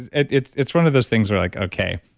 and it's it's one of those things where like, okay,